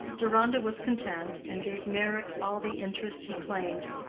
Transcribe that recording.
deronda was content, and gave meyrick all the interest he claimed,